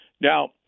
Now